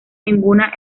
ninguna